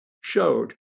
showed